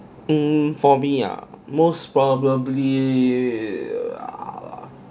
um for me ah most probably ah